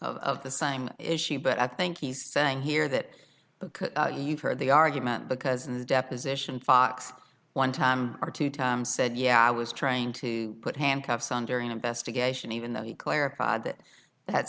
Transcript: of the same issue but i think he's saying here that you've heard the argument because in the deposition fox one time or two tom said yeah i was trying to put handcuffs on during an investigation even though he clarified that that